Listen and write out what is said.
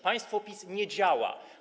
Państwo PiS nie działa.